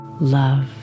Love